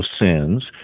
sins